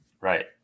right